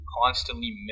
constantly